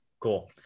Cool